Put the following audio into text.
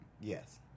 Yes